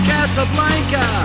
Casablanca